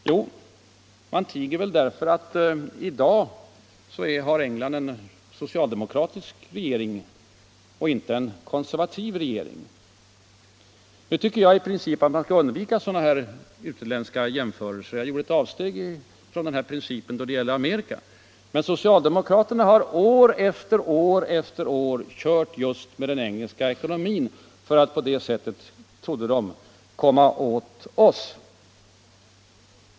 Jo, man tiger därför att England i dag har en socialdemokratisk regering och inte en konservativ regering! Nu tycker jag i princip att man bör undvika sådana utländska jämförelser. Jag gjorde visserligen ett avsteg från principen då det gäller Amerikas Förenta stater. Men socialdemokraterna har år efter år efter år hänvisat just till den engelska ekonomin för att på det sättet — som man trott — komma åt oss.